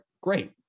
great